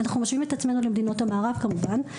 אנחנו משווים את עצמנו למדינות המערב כמובן.